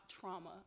trauma